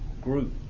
group